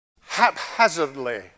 haphazardly